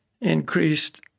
increased